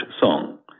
song